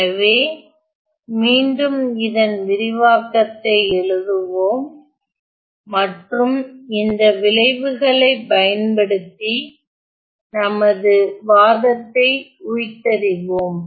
எனவே மீண்டும் இதன் விரிவாக்கத்தை எழுதுவோம் மற்றும் இந்த விளைவுகளை பயன்படுத்தி நமது வாதத்தை உய்த்தறிவோம்